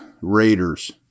Raiders